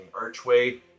archway